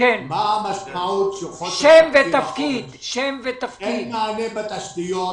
מה המשמעות של החוסר בתקציב החומש: אין מענה בתשתיות,